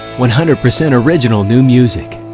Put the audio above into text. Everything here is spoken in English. one hundred percent original new music.